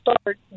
start